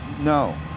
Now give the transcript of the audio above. No